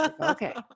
Okay